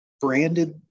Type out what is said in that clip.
branded